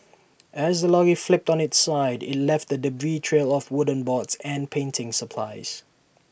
as the lorry flipped on its side IT left A debris trail of wooden boards and painting supplies